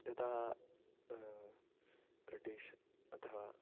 यदा ब्रिटीष् अथवा